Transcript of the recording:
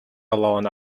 alone